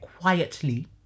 quietly